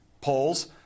polls